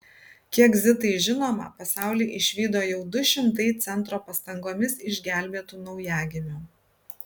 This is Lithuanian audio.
kiek zitai žinoma pasaulį išvydo jau du šimtai centro pastangomis išgelbėtų naujagimių